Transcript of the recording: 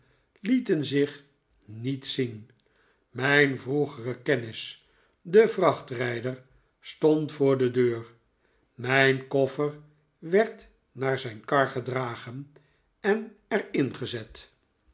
lieten zich niet zien mijn vroegere kennis de vrachtrijder stond voor de deur mijn koffer werd naar zijn kar gedragen en er ingezet